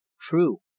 true